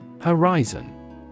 Horizon